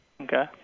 Okay